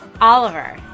Oliver